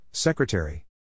Secretary